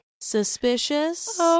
Suspicious